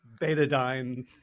betadine